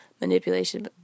Manipulation